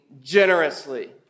generously